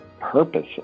Purpose